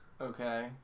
Okay